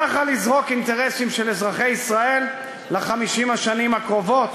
ככה לזרוק אינטרסים של אזרחי ישראל ל-50 השנים הקרובות